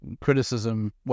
criticism